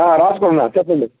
రాసుకున్నాను చెప్పండి